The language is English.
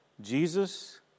Jesus